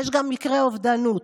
יש גם מקרי אובדנות.